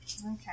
Okay